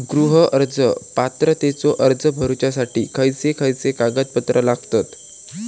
गृह कर्ज पात्रतेचो अर्ज भरुच्यासाठी खयचे खयचे कागदपत्र लागतत?